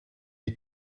die